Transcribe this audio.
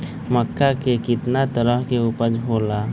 मक्का के कितना तरह के उपज हो ला?